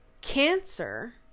cancer